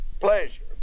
pleasure